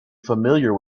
familiar